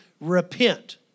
repent